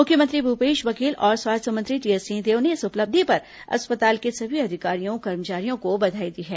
मुख्यमंत्री भूपेश बघेल और स्वास्थ्य मंत्री टीएस सिंहदेव ने इस उपलब्धि पर अस्पताल के सभी अधिकारियों कर्मचारियों को बधाई दी है